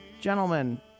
Gentlemen